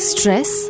Stress